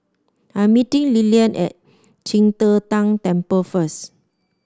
I am meeting Lilyan at Qing De Tang Temple first